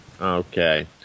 Okay